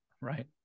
right